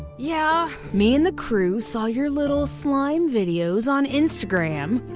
yeah? me and the crew saw your little slime videos on instagram.